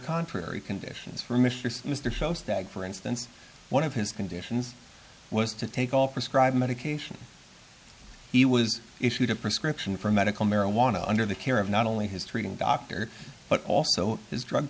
contrary conditions for mr sinister shows that for instance one of his conditions was to take all prescribed medication he was issued a prescription for medical marijuana under the care of not only his treating doctor but also his drug